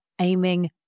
aiming